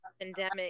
pandemic